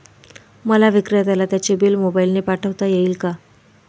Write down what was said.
मला विक्रेत्याला त्याचे बिल मोबाईलने पाठवता येईल का?